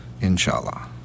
inshallah